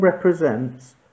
represents